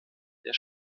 der